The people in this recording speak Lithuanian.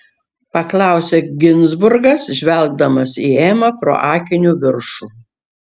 paklausė ginzburgas žvelgdamas į emą pro akinių viršų